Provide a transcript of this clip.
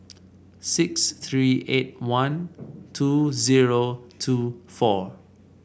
six three eight one two zero two four